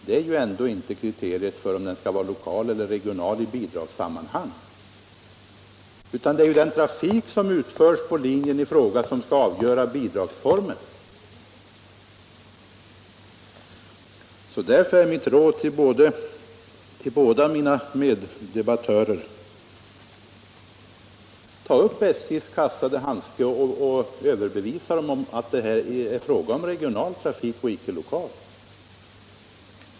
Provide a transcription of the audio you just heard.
Det är ändå inte beteckningen som avgör om den skall anses vara lokal eller regional i bidragssammanhang, utan det är ju den trafik som utförs på linjen som skall avgöra bidragsformen. Därför är mitt råd till båda mina meddebattörer: Ta upp SJ:s kastade handske. Överbevisa SJ om att det här rör sig om regional och icke lokal trafik.